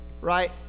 Right